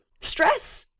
Stress